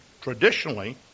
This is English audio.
Traditionally